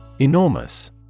Enormous